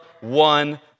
one